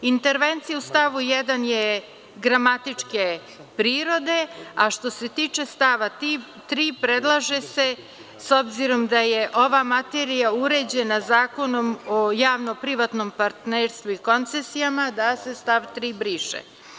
Intervencija u stavu 1. je gramatičke prirode, a što se tiče stava 3. predlaže se, s obzirom da je ova materija uređena Zakonom o javno privatnom partnerstvu i koncesijama, da se stav 3. briše.